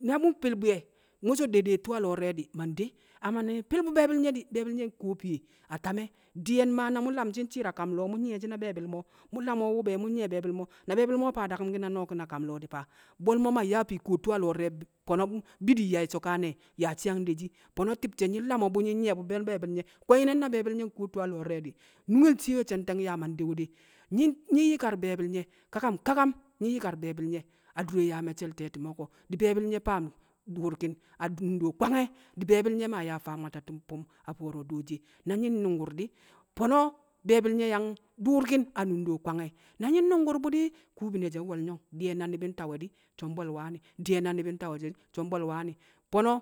na mu̱ we̱ fi̱l bwi̱ye̱ mṵ so̱ dede tṵṵ a lo̱o̱ di̱re̱ di̱ ma nde. Amma na nyi̱ mfi̱l bṵ be̱e̱bi̱l nye̱ di̱, be̱e̱bi̱l nye̱ we̱ kuwo fiye a ta̱me̱. di̱ye̱n ma̱a̱ na mu̱ lamshi̱ nshi̱i̱r a kam lo̱o̱ mu̱ nyi̱ye̱shi̱ na be̱e̱bi̱l mo̱, mu̱ la̱mo̱ wu̱ be̱e̱ mu̱ nyi̱ye̱ be̱e̱bi̱l mo̱, na be̱e̱bi̱l mo̱ we̱ faa daku̱mki̱n na no̱o̱ki̱n a ka̱m lo̱o̱ di̱ fa, bo̱l mo̱ ma nyaa fii kuwo tṵṵ a lo̱o̱ di̱re̱ budum ye̱ so̱kane̱ yaa shii yang de shi̱. Fo̱no̱ ti̱bshe̱ na nyi̱ nlamo̱ bṵ nyi̱ nye̱ bṵ na be̱e̱bi̱l nye̱, kwe̱nyi̱ne̱ na be̱e̱bi̱l nye̱ di̱ nkuwo tṵṵ a lo̱o̱ di̱re̱ di̱ nunge shiye we̱ ce̱nte̱ng yaa ma ndewe de? Nyi̱-Nyi̱ yi̱kar be̱e̱bi̱l nye̱ kakam kakam, nyi̱ nyi̱ nyi̱kar be̱e̱bi̱l nye̱ adure yaa me̱cce̱l te̱ti̱me̱ ko̱, di̱ be̱e̱bi̱l nye̱ faam dṵṵrki̱n a nunde kwange̱, di̱ be̱e̱bi̱l nye̱ ma nyaa faam mwatati̱n fu̱m a fo̱o̱ro̱ dooshi e̱ na nyi̱ nnṵngku̱r di̱ fo̱no̱ be̱e̱bi̱l nye̱ yang dṵṵrki̱n a nunde kwe̱nnye̱ na nyi̱ mnṵngkṵr bṵ di̱ kubune she̱ nwo̱lyo̱ng, di̱ye̱n na ni̱bi̱ di̱ ntawe̱ di̱ so̱ mbo̱l wane̱, di̱ye̱n na ni̱bi̱ di̱ ntawe̱ di̱ so̱ mbo̱l wane̱, fo̱no̱